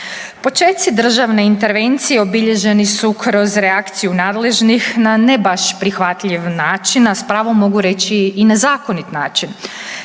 Počeci državne intervencije obilježeni su kroz reakciju nadležnih na ne baš prihvatljiv način, a s pravom mogu reći i na zakonit način.